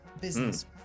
Business